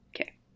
Okay